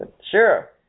Sure